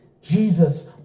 Jesus